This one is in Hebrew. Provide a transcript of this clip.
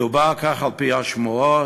מדובר, כך על-פי השמועות,